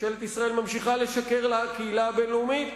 ממשלת ישראל ממשיכה לשקר לקהילה הבין-לאומית,